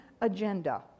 agenda